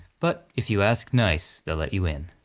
but if you ask nice they'll let you in.